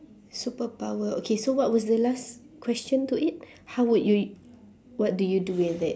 superpower okay so what was the last question to it how would you u~ what do you do with it